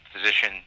physician